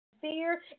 fear